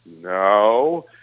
No